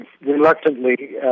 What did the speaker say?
reluctantly